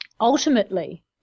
ultimately